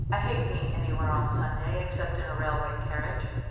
i hate being anywhere on sunday except in a railway carriage.